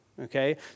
okay